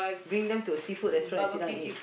bring them to a seafood restaurant and sit down and eat